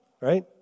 right